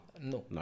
No